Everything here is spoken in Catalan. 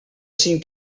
cinc